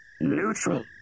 Neutral